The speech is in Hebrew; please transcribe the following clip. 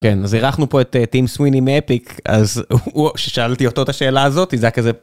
כן אז ארחנו פה את טים סוויני מepic אז הוא שאלתי אותו את השאלה הזאתי זה היה כזה.